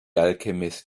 alchemist